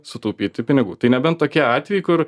sutaupyti pinigų tai nebent tokie atvejai kur